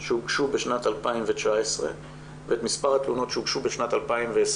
שהוגשו בשנת 2019 ואת מספר התלונות שהוגשו בשנת 2020,